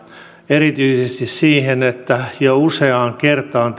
erityisesti siihen että jo useaan kertaan